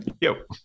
yo